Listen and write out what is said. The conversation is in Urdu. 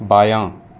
بایاں